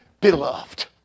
beloved